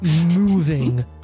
moving